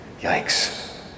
Yikes